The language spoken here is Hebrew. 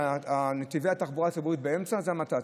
נתיבי התחבורה הציבורית באמצע זה המת"צים,